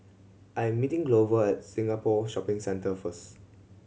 I am meeting Glover at Singapore Shopping Centre first